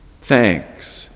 thanks